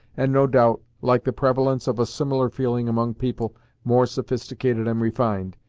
and no doubt, like the prevalence of a similar feeling among people more sophisticated and refined,